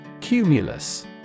Cumulus